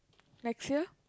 next year